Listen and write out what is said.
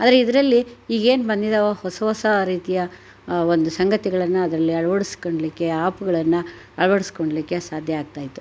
ಆದರೆ ಇದರಲ್ಲಿ ಈಗೇನು ಬಂದಿದ್ದಾವೋ ಹೊಸ ಹೊಸ ರೀತಿಯ ಒಂದು ಸಂಗತಿಗಳನ್ನು ಅದರಲ್ಲಿ ಅಳ್ವಡ್ಸ್ಕಳ್ಲಿಕ್ಕೆ ಆಪ್ಗಳನ್ನು ಅಳ್ವಡ್ಸ್ಕೊಳ್ಲಿಕ್ಕೆ ಸಾಧ್ಯ ಆಗ್ತಾ ಇತ್ತು